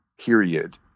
period